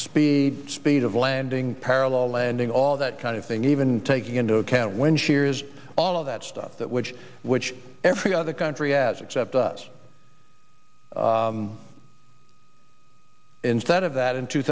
speed speed of landing parallel landing all that kind of thing even taking into account when shear is all of that stuff that which which every other country as accept us instead of that in two